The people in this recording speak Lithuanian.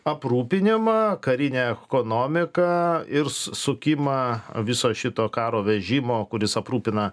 aprūpinimą karinę ekonomiką ir su sukimą viso šito karo vežimo kuris aprūpina